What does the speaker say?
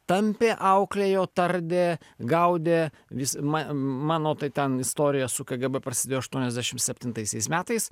tampė auklėjo tardė gaudė vis ma mano tai ten istorija su kgb prasidėjo aštuoniasdešim septintaisiais metais